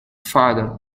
father